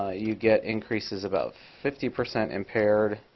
ah you get increases about fifty percent impaired